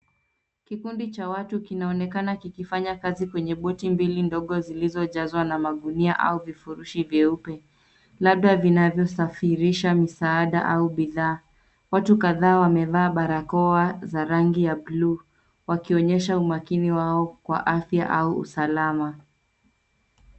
Kikundi cha watu kinaonekana kikifanya kazi kwenye boti mbili ndogo zilizojazwa na magunia au vifurushi vyeupe labda vinavyosafirisha misaada au bidhaa. Watu kadhaa wamevaa barakoa za rangi ya buluu wakionyesha umakini wao kwa afya au usalama.